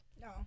no